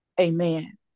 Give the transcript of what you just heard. Amen